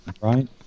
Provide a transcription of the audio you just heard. right